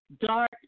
dark